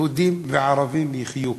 יהודים וערבים יחיו כאן,